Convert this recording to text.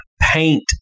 paint